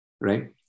right